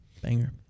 Banger